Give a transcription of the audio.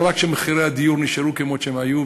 לא רק שמחירי הדיור נשארו כמות שהם היו,